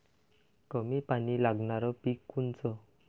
कमी पानी लागनारं पिक कोनचं?